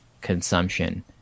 consumption